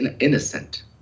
innocent